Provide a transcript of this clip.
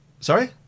Sorry